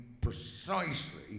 precisely